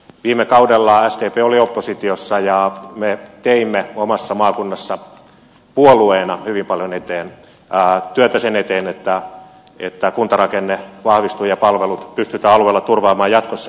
viime kaudella sdp oli oppositiossa ja me teimme omassa maakunnassamme puolueena hyvin paljon työtä sen eteen että kuntarakenne vahvistuu ja palvelut pystytään alueella turvaamaan jatkossa